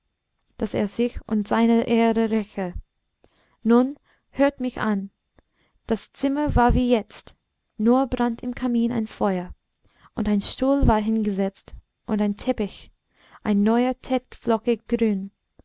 daß er sich und seine ehre räche nun hört mich an das zimmer war wie jetzt nur brannt im kamin ein feuer und ein stuhl war hingesetzt und ein teppich ein neuer tät flockig grün